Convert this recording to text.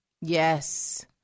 Yes